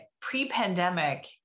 pre-pandemic